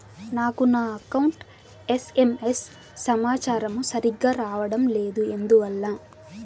నాకు నా account SMS సమాచారము సరిగ్గా రావడం లేదు ఎందువల్ల?